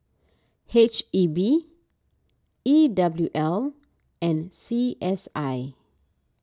H E B E W L and C S I